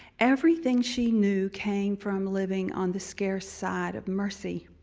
everything she knew came from living on the scarce side of mercy.